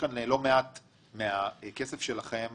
לא מעט מהכסף שלכם